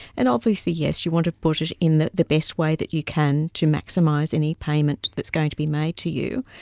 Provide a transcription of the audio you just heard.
and obviously yes, you want to put it in the the best way that you can, to maximise any payment that's going to be made to you.